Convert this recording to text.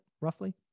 roughly